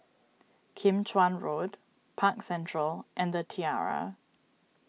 Kim Chuan Road Park Central and the Tiara